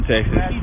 Texas